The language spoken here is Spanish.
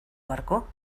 barco